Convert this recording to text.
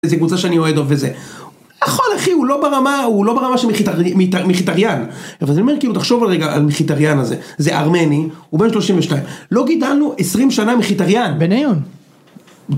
איזה קבוצה שאני אוהד או וזה. נכון אחי, הוא לא ברמה, הוא לא ברמה של מחיתריאן. אבל אז אני אומר כאילו, תחשוב רגע על מחיתריאן הזה. זה ארמני, הוא בן 32. לא גידלנו 20 שנה מחיתריאן. בניון.